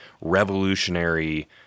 revolutionary